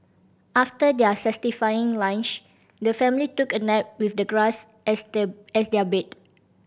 after their satisfying lunch the family took a nap with the grass as they as their bed